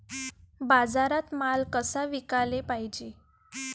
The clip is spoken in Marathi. बाजारात माल कसा विकाले पायजे?